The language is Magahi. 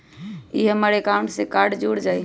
ई हमर अकाउंट से कार्ड जुर जाई?